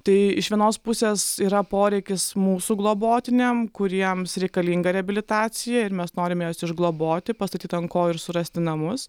tai iš vienos pusės yra poreikis mūsų globotiniam kuriems reikalinga reabilitacija ir mes norime juos išgloboti pastatyti ant kojų ir surasti namus